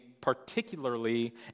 particularly